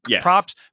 Props